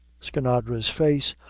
skinadre's face,